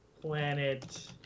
planet